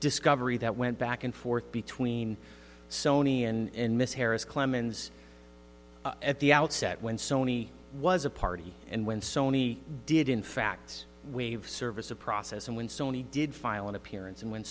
discovery that went back and forth between sony and miss harris clemons at the outset when sony was a party and when sony did in fact we've service of process and when sony did file an appearance and when